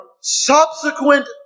subsequent